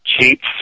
cheats